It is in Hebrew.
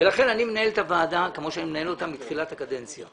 ולכן אני מנהל את הוועדה כמו שאני מנהל אותה מתחילת הקדנציה.